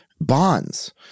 bonds